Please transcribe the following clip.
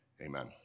Amen